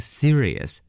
serious